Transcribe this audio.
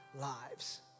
lives